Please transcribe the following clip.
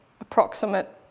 approximate